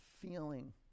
feeling